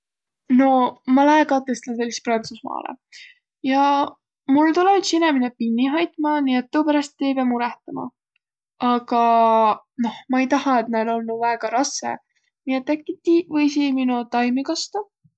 Noq ma lää katõs nädälis Prantsusmaalõ ja mul tulõ üts inemine pinni hoitma, nii et tuuperäst ti ei piäq murõhtama. Aga noh mai-i tahaq, et näil olnuq väega rassõ, nii et äkki tiiq võisiq mino taimi kastaq?